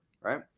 right